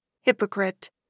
hypocrite